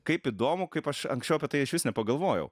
kaip įdomu kaip aš anksčiau apie tai iš vis nepagalvojau